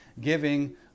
giving